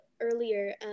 earlier